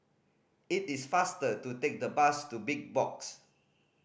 it is faster to take the bus to Big Box